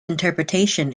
interpretation